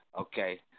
okay